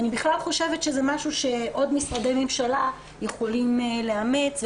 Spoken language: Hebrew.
אני בכלל חושבת שזה משהו שעוד משרדי ממשלה יכולים לאמץ,